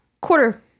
quarter